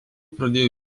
pradėjo